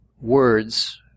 words